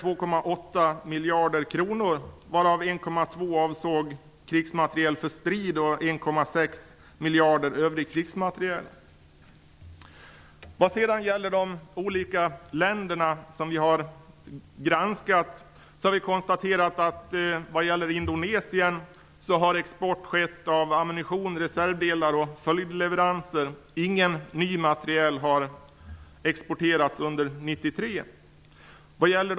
Vad sedan gäller de olika länder som vi har granskat har vi konstaterat att vad gäller Indonesien har export skett av ammunition och reservdelar och i form av följdleveranser. Ingen ny materiel har exporterats under 1993.